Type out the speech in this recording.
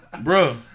bro